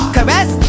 Caress